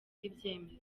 ibyemezo